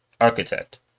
architect